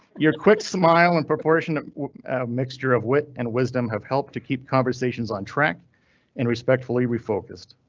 your quick smile and proportion of mixture, of wit and wisdom have helped to keep conversations on track and respectfully refocused.